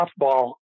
softball